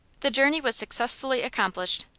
the journey was successfully accomplished,